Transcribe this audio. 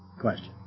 question